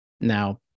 Now